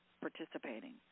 participating